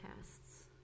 tests